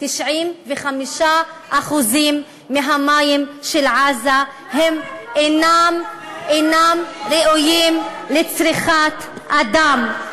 95% מהמים של עזה אינם ראויים לצריכת אדם.